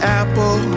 apple